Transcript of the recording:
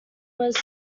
was